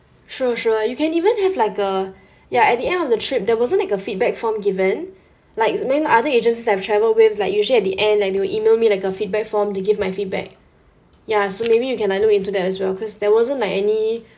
sure sure you can even have like uh ya at the end of the trip there wasn't like a feedback form given like many other agents that I have travelled with like usually at the end like they will email me like a feedback form to give my feedback ya so maybe you can uh look into that as well cause there wasn't like any